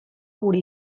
gure